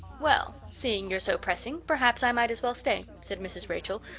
well, seeing you're so pressing, perhaps i might as well, stay said mrs. rachel,